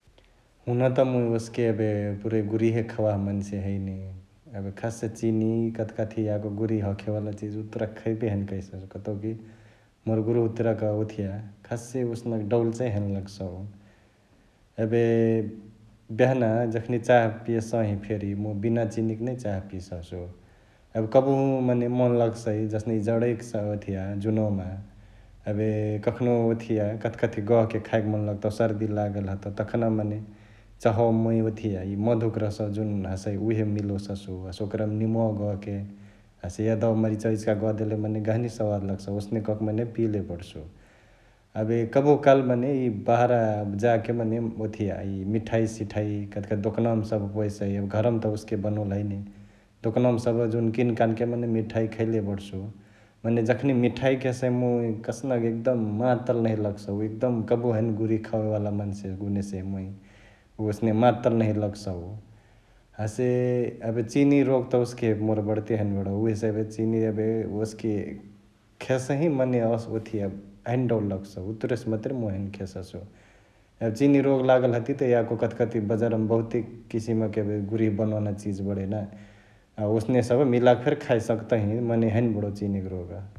हुनत मुंई ओस्के एबे पुरै गुरिहे खवाह मन्से हैने एबे खासे चिनि, इअ कथिकथी याको गुरिह हखे वाला चिजु उतुरक खैबे हैने कैससु कतउकी मोर गुरिह उतुराक ओथिया खासे ओसनक डौल चैं हैने लगसउ । एबे बिहाना जखनी चाह पियसही फेरी मुइ बिनाचिनिक नै चाह पियससु । एबे कबहु मने मन लगसई जसने इअ जडईक ओथिया जुनवामा एबे कखनो ओथिया कथकथी गहके खायके मन लगतउ, सर्दी लागल हतउ तखना मने चहवा मुइ ओथिया इ मधुक रसवा जुन हसई उहे मिलोससु हसे ओकरमा निमुवावा गहके हसे यादवा, मरिचवा इचिका गहदेले मने गहनी सवाद लगसउ ओसने कहके मने पियले बडसु । एबे कबहु काली मने इअ बहरा जाके मने ओथिया इअ मिठईसिठाइ कथकथी दोकनावामा सभ पवेसई एबे घरवा त ओस्के बनोले हैने । दोकनावमा सभ जुन किनकानके मने मिठाई खैले बडसु । मने जखनी मिठई खेसही मुइ कसनक एकदम मातल नहिया लगसउ एकदम कबहु हैने घुरिह खाएवाला मन्सेगुनेसे मुइ ओसने मातल नहिया लगसउ । हसे एबे चिनिरोग त ओस्के मोर बडते हैने बडउ उहेसे एबे चिनी एबे ओस्के खेसही मने ओथिया हैने डौल लगसउ उतुरे मतुरे मुइ हैने खेससु । एबे चिनिरोग लगल हतिय त यको कथिकथी बजारअवा मा बहुते किसिमम क गुरिह बनवना चिज बडई ना ओसने सभ मिलाके फेरी खाय सकतही मने हैने बडउ चिनी क रोग ।